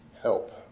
help